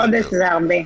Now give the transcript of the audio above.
חודש זה הרבה.